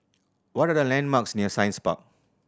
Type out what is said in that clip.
what are the landmarks near Science Park